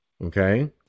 okay